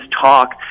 talk